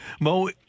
Mo